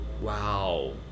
Wow